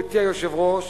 גברתי היושבת-ראש,